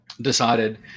decided